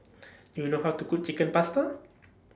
Do YOU know How to Cook Chicken Pasta